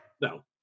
no